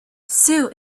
sue